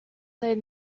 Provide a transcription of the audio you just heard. late